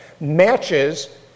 matches